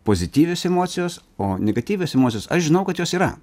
pozityvios emocijos o negatyvios emocijos aš žinau kad jos yra